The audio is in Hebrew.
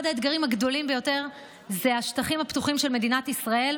אחד האתגרים הגדולים ביותר הוא השטחים הפתוחים של מדינת ישראל,